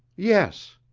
yes.